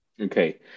okay